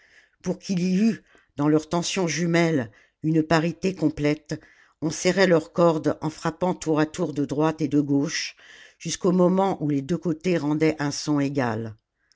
pour qu'il y eût dans leurs tensions jumelles une parité complète on serrait leurs cordes en frappant tour à tour de droite et de gauche jusqu'au moment oij les deux côtés rendaient un son égal